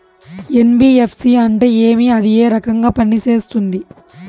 NBFC అంటే ఏమి అది ఏ రకంగా పనిసేస్తుంది